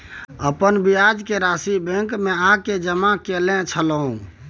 अपन ब्याज के राशि बैंक में आ के जमा कैलियै छलौं?